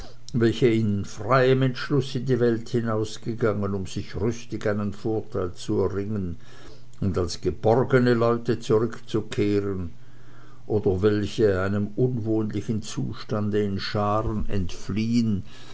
welche in freiem entschlusse in die welt hinausgegangen um sich rüstig einen vorteil zu erringen und als geborgene leute zurückzukehren oder welche einem unwohnlichen zustande in scharen entfliehen